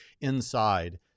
inside